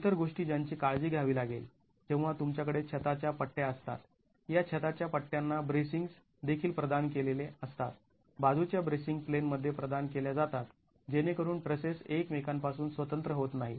इतर गोष्टी ज्यांची काळजी घ्यावी लागेल जेव्हा तुमच्याकडे छता च्या पट्ट्या असतात या छता च्या पट्ट्यांना ब्रेसिंग्स् देखील प्रदान केलेले असतात बाजूच्या ब्रेसिंग प्लेन मध्ये प्रदान केल्या जातात जेणेकरून ट्रसेस एकमेकां पासून स्वतंत्र होत नाहीत